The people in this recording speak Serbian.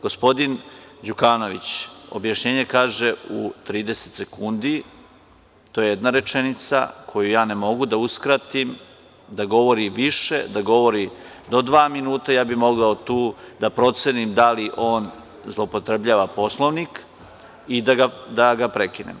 Gospodin Đukanović objašnjenje kaže u 30 sekundi, to je jedna rečenica koju ja ne mogu da uskratim da govori više, da govori do dva minuta, ja bih mogao tu da procenim da li on zloupotrebljava Poslovnik i da ga prekinem.